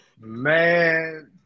Man